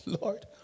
Lord